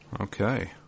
Okay